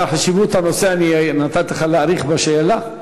בגלל חשיבות הנושא נתתי לך להאריך בשאלה.